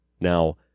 Now